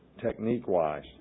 technique-wise